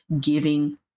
giving